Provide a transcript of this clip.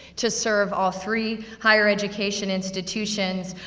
to serve all three higher education institutions.